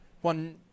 one